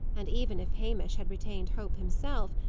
and even if hamish had retained hope himself,